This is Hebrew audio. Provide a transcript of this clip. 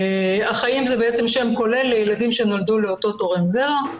אחאים זה שם כולל לילדים שנולדו לאותו תורם זרע.